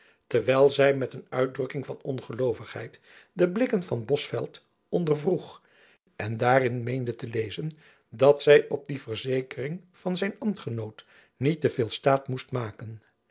terwijl zy met een uitdrukking van ongeloovigheid de blikken van bosveldt ondervroeg en daarin meende te lezen dat zy op die verzekering van zijn ambtgenoot niet te veel staat moest maken